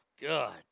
God